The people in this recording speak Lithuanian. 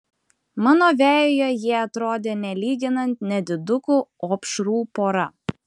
mano vejoje jie atrodė nelyginant nedidukų opšrų pora